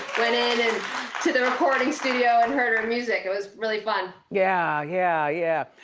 went in and to the recording studio and heard her music. it was really fun. yeah, yeah, yeah.